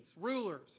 rulers